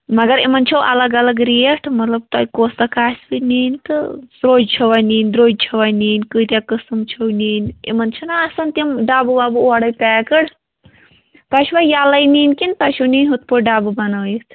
مگر یِمَن چھو الگ الگ ریٹ مطلب تۄہہِ کۄس اَکھ آسِوٕ نِنۍ تہٕ سرٛوج چھَوا نِنۍ درٛوٚج چھَوا نِنۍ کۭتیاہ قٕسٕم چھُو نِنۍ یِمَن چھِنہ آسان تِم ڈَبہٕ وَبہٕ اورَے پٮ۪کٕڈ تۄہہِ چھُوا یَلَے نِنۍ کِنہٕ تۄہہِ چھَو نِنۍ ہُتھ پٲٹھۍ ڈَبہٕ بنٲوِتھ